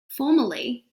formally